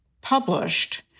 published